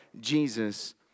Jesus